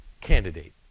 candidate